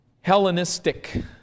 Hellenistic